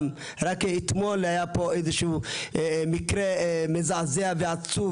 רק אתמול היה פה איזשהו מקרה מזעזע ועצוב,